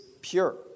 pure